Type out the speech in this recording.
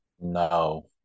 No